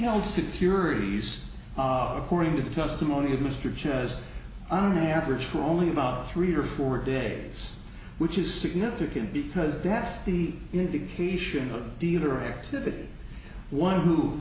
ld securities according to the testimony of mr just an average for only about three or four days which is significant because that's the indication of dealer activity one who